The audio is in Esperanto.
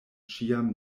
ĉiam